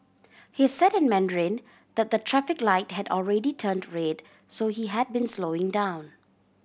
he said in Mandarin the the traffic light had already turn to red so he had been slowing down